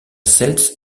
seltz